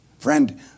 Friend